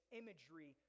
imagery